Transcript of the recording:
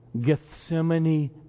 Gethsemane